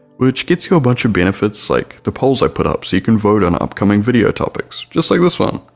which gets you a bunch of benefits like the polls i put up so you can vote on upcoming video topics, just like this one.